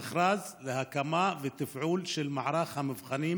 המכרז להקמה ותפעול של מערך המבחנים